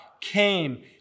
came